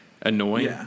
annoying